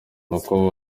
nuko